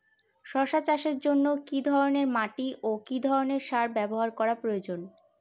শশা চাষের জন্য কি ধরণের মাটি ও কি ধরণের সার ব্যাবহার করা প্রয়োজন?